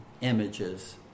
images